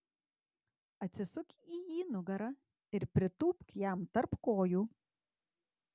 atsisuk į jį nugara ir pritūpk jam tarp kojų